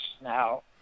Now